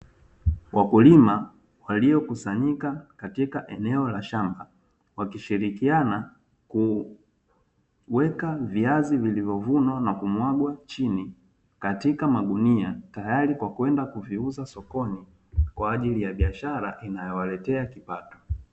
Wakulima waliokusanyika katika eneo la shamba; wakishirikiana kuweka viazi vilivyovunwa na kumwagwa chini katika magunia, tayari kwa kwenda kuviuza sokoni kwa ajili ya biashara inayowaletea kipato.